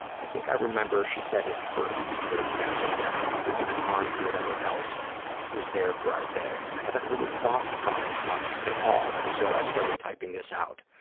i think i remember she said it hurt, and then that was that. we went on to whatever else was there for our day. i haven't really thought about it much at all until i started typing this out.